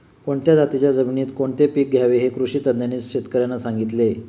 कोणत्या जातीच्या जमिनीत कोणते पीक घ्यावे हे कृषी तज्ज्ञांनी शेतकर्यांना सांगितले